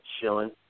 Chilling